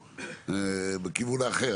שהוא בכיוון האחר.